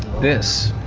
this,